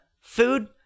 food